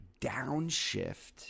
downshift